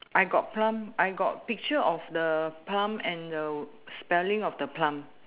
I got plum I got picture of the plum and the spelling of the plum